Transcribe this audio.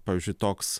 pavyzdžiui toks